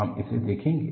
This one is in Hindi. हम उसे देखेंगे